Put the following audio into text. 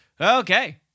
Okay